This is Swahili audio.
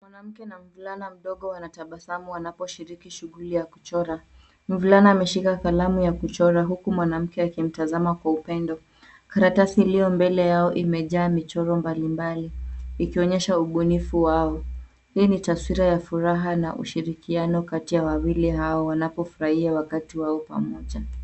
Mwanamke na mvulana mdogo wanatabasamu wanaposhiriki shughuli ya kuchora. Mvulana ameshika kalamu ya kuchora, huku mwanamke akimtazama kwa upendo. Karatasi iliyo mbele yao imejaa michoro mbalimbali, ikionyesha ubunifu wao. Hii ni taswira ya furaha na ushirikiano kati ya wawili hao wanapofurahia wakati wao pamoja.